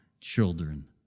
children